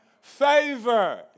Favor